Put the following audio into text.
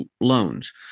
loans